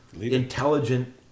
intelligent